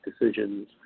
decisions